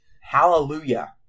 Hallelujah